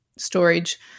storage